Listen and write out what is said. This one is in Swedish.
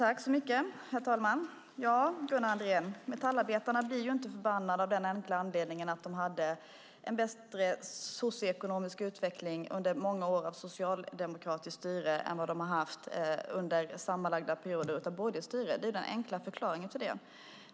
Herr talman! Ja, Gunnar Andrén, metallarbetarna blir inte förbannade av den enkla anledningen att de hade en bättre socioekonomisk utveckling under många år av socialdemokratiskt styre än vad de haft under sammanlagda perioder av borgerligt styre. Det är den enkla förklaringen till det.